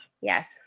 Yes